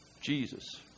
Jesus